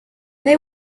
they